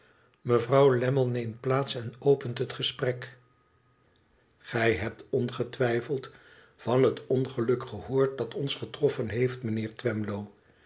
mevrouw lammie neemt plaats en opent het gesprek gij hebt ongetwijfeld van het ongeluk gehoord dat ons getroffen heeft mijnheer twemlow